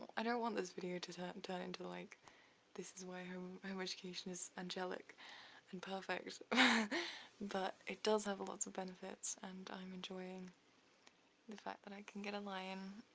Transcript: i don't want this video to turn into into the like this is why home-education is angelic and perfect but it does have lots of benefits and i'm enjoying the fact that i can get a lie in,